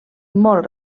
molt